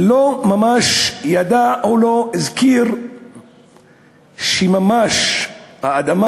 לא ממש ידע או לא הזכיר שממש האדמה